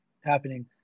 happening